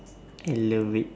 I love it